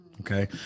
Okay